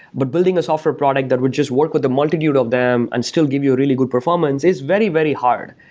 but building a software product that would just work with a multitude of them and still give you a really good performance is very, very hard.